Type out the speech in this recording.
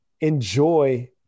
enjoy